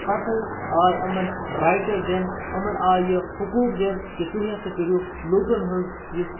پَتہٕ ہَے آے یِمَن رایٹٕز دِنہٕ یِمَن آیہِ حقوٗق دِنہٕ کہِ تُہۍ ہَسا کٔرِو لوٗکَن ہٕنٛز یُس